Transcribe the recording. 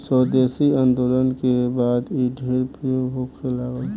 स्वदेशी आन्दोलन के बाद इ ढेर प्रयोग होखे लागल